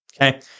okay